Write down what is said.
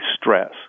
stress